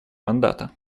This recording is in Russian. мандата